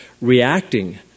reacting